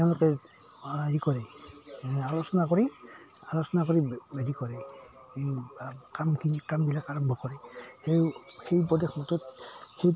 তেওঁলোকে হেৰি কৰে আলোচনা কৰি আলোচনা কৰি হেৰি কৰে এই কামখিনি কামবিলাক আৰম্ভ কৰে সেই সেই উপদেশমতে সেই